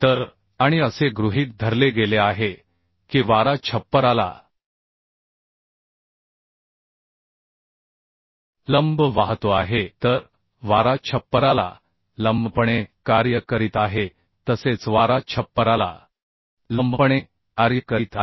तर आणि असे गृहीत धरले गेले आहे की वारा छप्पराला लंब वाहतो आहे तर वारा छप्पराला लंबपणे कार्य करीत आहे तसेच वारा छप्पराला लंबपणे कार्य करीत आहे